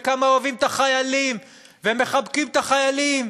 וכמה אוהבים את החיילים ומחבקים את החיילים,